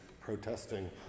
protesting